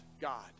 God